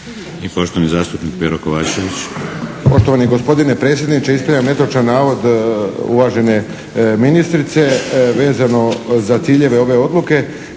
poštovani zastupnik Pero Kovačević.